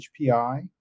hpi